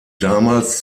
damals